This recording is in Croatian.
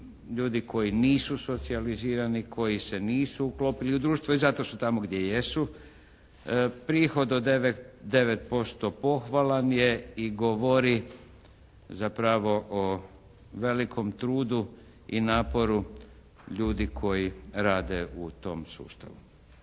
Ljudi koji nisu socijalizirani, koji se nisu uklopili u društvo i zato su tamo gdje jesu. Prihod od 9% pohvalan je i govori zapravo o velikom trudu i naporu ljudi koji rade u tom sustavu.